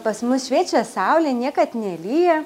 pas mus šviečia saulė niekad nelyja